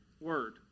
word